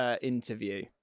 interview